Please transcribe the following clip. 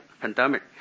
pandemic